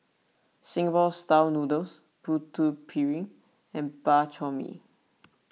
Singapore Style Noodles Putu Piring and Bak Chor Mee